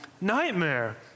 nightmare